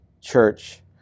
church